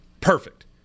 Perfect